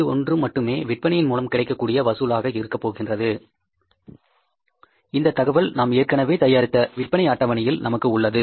இது ஒன்று மட்டுமே விற்பனையின் மூலம் கிடைக்கக்கூடிய வசூலாக இருக்க போகின்றது இந்த தகவல் நாம் ஏற்கனவே தயாரித்த விற்பனை அட்டவணையில் நமக்கு உள்ளது